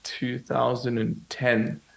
2010